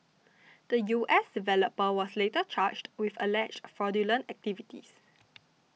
the U S developer was later charged with alleged fraudulent activities